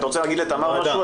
אם אתה רוצה לומר לתמר משהו,